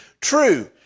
true